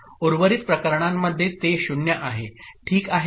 उर्वरित प्रकरणांमध्ये ते 0 आहे हे ठीक आहे का